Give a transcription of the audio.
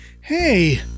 Hey